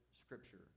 scripture